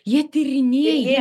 jie tyrinėja